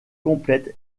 complète